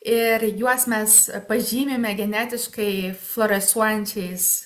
ir juos mes pažymime genetiškai fluorescuojančiais